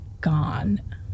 gone